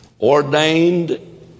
ordained